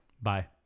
Bye